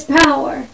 power